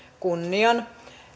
kunnian